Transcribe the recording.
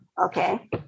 Okay